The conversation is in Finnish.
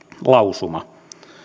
lausuma